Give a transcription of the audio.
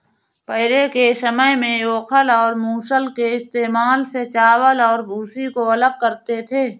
पहले के समय में ओखल और मूसल के इस्तेमाल से चावल और भूसी को अलग करते थे